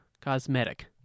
cosmetic